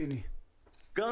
יש אור ירוק?